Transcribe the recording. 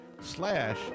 slash